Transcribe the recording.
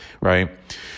right